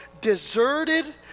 deserted